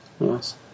Yes